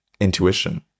intuition